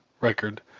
record